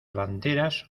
banderas